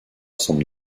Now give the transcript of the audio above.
semble